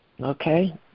Okay